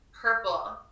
purple